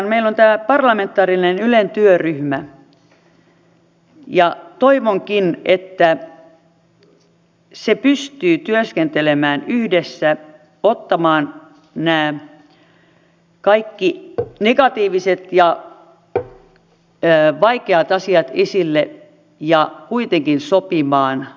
meillä on täällä parlamentaarinen ylen työryhmä ja toivonkin että se pystyy työskentelemään yhdessä ottamaan nämä kaikki negatiiviset ja vaikeat asiat esille ja kuitenkin sopimaan